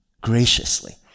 graciously